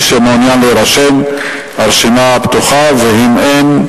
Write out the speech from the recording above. מי שמעוניין להירשם, הרשימה פתוחה, ואם אין,